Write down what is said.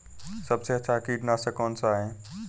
सबसे अच्छा कीटनाशक कौनसा है?